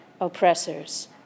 oppressors